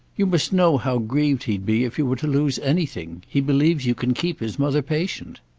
you must know how grieved he'd be if you were to lose anything. he believes you can keep his mother patient.